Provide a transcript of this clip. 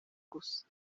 gusa